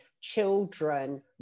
children